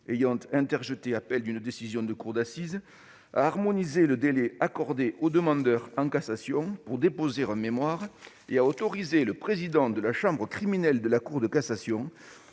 ayant interjeté appel d'une décision de cour d'assises, à harmoniser le délai accordé au demandeur en cassation pour déposer un mémoire et à autoriser le président de la chambre criminelle de la Cour de cassation